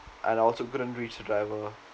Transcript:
and also couldn't reach the driver